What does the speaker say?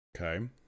Okay